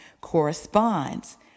corresponds